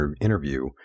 interview